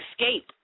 escape